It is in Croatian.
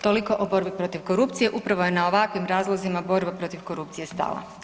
Toliko o borbi protiv korupcije, upravo je na ovakvim razlozima borba protiv korupcije stala.